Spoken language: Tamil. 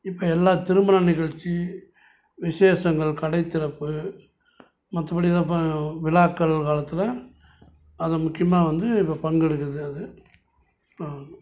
இப்போ எல்லா திருமண நிகழ்ச்சி விசேஷங்கள் கடைத்திறப்பு மற்றபடி எதா இப்போ விழாக்கள் காலத்தில் அதில் முக்கியமாக வந்து இப்போ பங்கெடுக்குறது அது